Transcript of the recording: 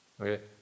Okay